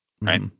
right